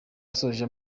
asoje